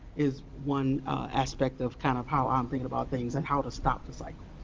is one aspect of kind of how i'm thinking about things and how to stop the cycle.